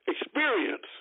experience